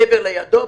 קבר לידו,